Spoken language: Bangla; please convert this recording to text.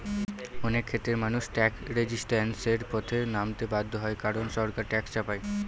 অনেক ক্ষেত্রেই মানুষ ট্যাক্স রেজিস্ট্যান্সের পথে নামতে বাধ্য হয় কারন সরকার ট্যাক্স চাপায়